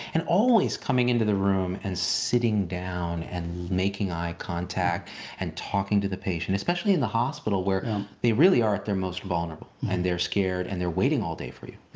and always coming into the room and sitting down and making eye contact and talking to the patient, especially in the hospital where they really are at their most vulnerable and they're scared and they're waiting all day for you.